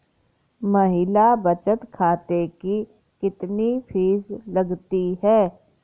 महिला बचत खाते की कितनी फीस लगती है?